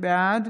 בעד